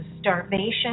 starvation